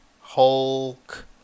Hulk